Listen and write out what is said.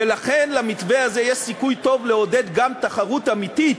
ולכן למתווה הזה יש סיכוי טוב לעודד תחרות אמיתית,